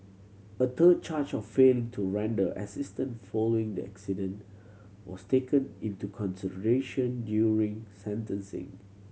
a third charge of failing to render assistance following the accident was taken into consideration during sentencing